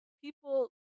people